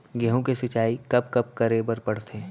गेहूँ के सिंचाई कब कब करे बर पड़थे?